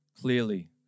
clearly